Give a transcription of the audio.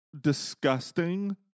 disgusting